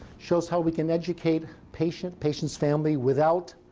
shows how we can educate patient, patient's family without